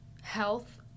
health